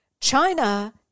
China